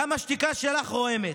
גם השתיקה שלך רועמת.